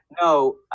No